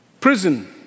Prison